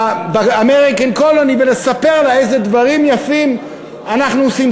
ב"אמריקן קולוני" ולספר לה איזה דברים יפים אנחנו עושים.